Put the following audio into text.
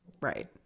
Right